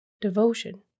devotion